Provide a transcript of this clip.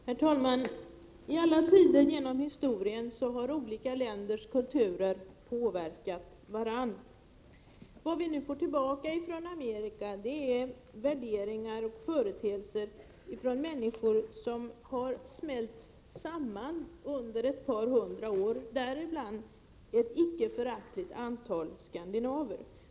Herr talman! I alla tider genom historien har olika länders kulturer 21 april 1988 påverkat varandra. Vad vi nu får tillbaka från Amerika är värderingar och företeelser från människor som har smälts samman under ett par hundra år, däribland ett icke föraktligt antal skandinaver.